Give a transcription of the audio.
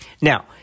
Now